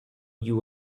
you